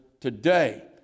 today